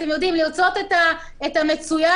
תמשיכו לרצות את המצוין.